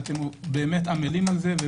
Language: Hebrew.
ואתם עמלים על זה,